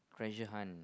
treasure hunt